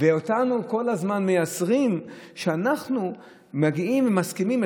ואותנו כל הזמן מייסרים שאנחנו מגיעים ומסכימים,